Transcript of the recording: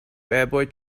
avoid